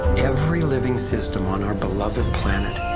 living system on our beloved planet,